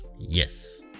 yes